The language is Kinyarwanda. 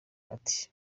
ati